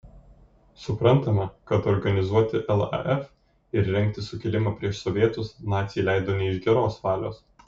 suprantama kad organizuoti laf ir rengti sukilimą prieš sovietus naciai leido ne iš geros valios